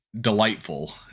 delightful